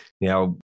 Now